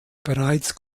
bereits